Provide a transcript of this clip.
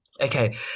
Okay